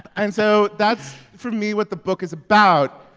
and so that's, for me, what the book is about,